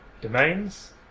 domains